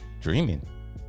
dreaming